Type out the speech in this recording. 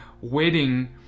wedding